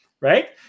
Right